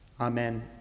Amen